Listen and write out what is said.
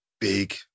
big